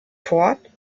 fort